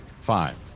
Five